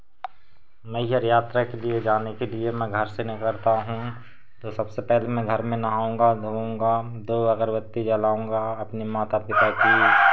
मैहर यात्रा के लिए जाने के लिए मैं घर से निकलता हूँ तो सबसे पहले मैं घर में नहाऊँगा धोऊँगा दो अगरबत्ती जलाऊँगा अपनी माता पिता की